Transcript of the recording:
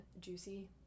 juicy